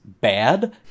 bad